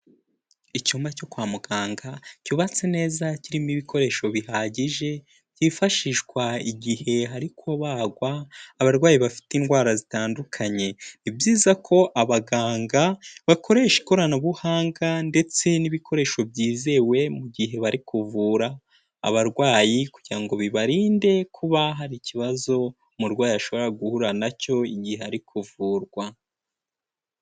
Icyumba cyo kwa muganga cyubatse neza kirimo ibikoresho bihagije byifashishwa igihe hari kubagwa abarwayi bafite indwara zitandukanye. Ni ibyiza ko abaganga bakoresha ikoranabuhanga ndetse n'ibikoresho byizewe mu gihe bari kuvura abarwayi kugira ngo bibarinde kuba hari ikibazo umurwayi ashobora guhura na cyo igihe ari kuvurwa.